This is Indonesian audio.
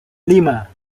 lima